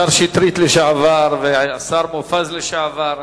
השר שטרית, לשעבר, והשר מופז, לשעבר,